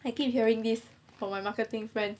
I keep hearing this from my marketing friend